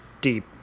deep